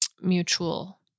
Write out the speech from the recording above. mutual